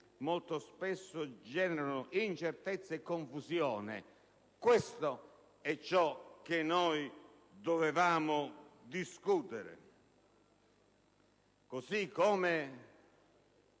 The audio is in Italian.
molto spesso generano incertezza e confusione. Questo è ciò che dovevamo discutere, così come